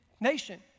nation